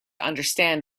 understand